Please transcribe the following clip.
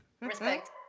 Respect